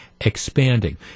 expanding